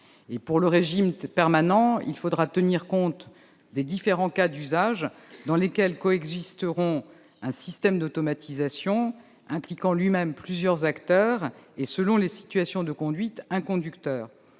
le régime permanent, il faudra tenir compte des différents cas d'usage dans lesquels coexisteront un système d'automatisation impliquant lui-même plusieurs acteurs et, selon les situations de conduite, un conducteur.